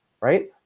Right